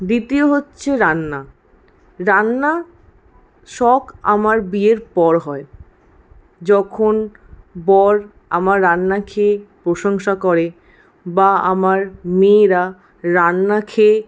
দ্বিতীয় হচ্ছে রান্না রান্না শখ আমার বিয়ের পর হয় যখন বর আমার রান্না খেয়ে প্রশংসা করে বা আমার মেয়েরা রান্না খেয়ে